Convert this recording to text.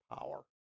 power